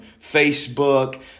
Facebook